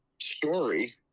story